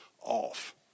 off